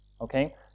Okay